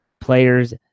players